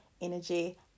energy